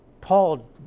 Paul